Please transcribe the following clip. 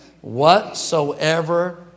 Whatsoever